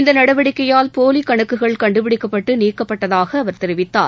இந்த நடவடிக்கையால் போலி கணக்குகள் கண்டுபிடிக்கப்பட்டு நீக்கப்பட்டதாக அவர் தெரிவித்தார்